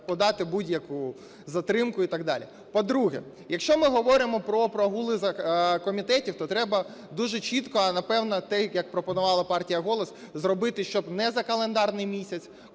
подати будь-яку затримку і так далі. По-друге, якщо ми говоримо про прогули комітетів, то треба дуже чітко, а напевне те, як пропонувала партія "Голос" зробити, щоб не за календарний місць,